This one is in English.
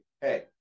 hey